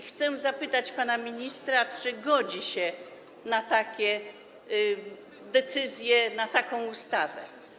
Chcę zapytać pana ministra, czy godzi się na takie decyzje, na taką ustawę.